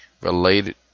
related